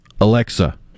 Alexa